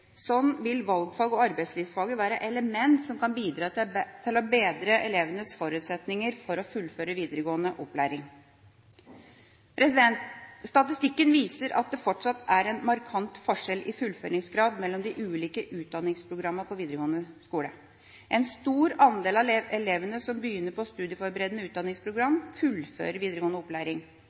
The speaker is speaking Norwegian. vil valgfagene og arbeidslivsfaget være element som kan bidra til å bedre elevenes forutsetninger for å fullføre videregående opplæring. Statistikken viser at det fortsatt er en markant forskjell i fullføringsgrad mellom de ulike utdanningsprogrammene på videregående skole. En stor andel av elevene som begynner på studieforberedende utdanningsprogram, fullfører videregående opplæring.